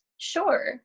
Sure